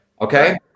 Okay